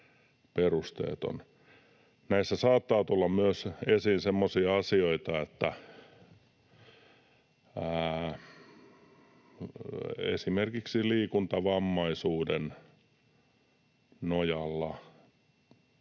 Näissä saattaa tulla esiin myös semmoisia asioita, että esimerkiksi liikuntavammaisuuden nojalla